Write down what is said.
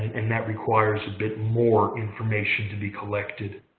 and that requires a bit more information to be collected.